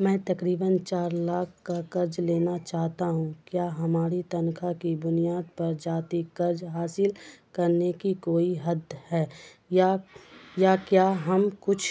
میں تقریباً چار لاکھ کا قرض لینا چاہتا ہوں کیا ہماری تنخواہ کی بنیاد پر جاتی قرض حاصل کرنے کی کوئی حد ہے یا یا کیا ہم کچھ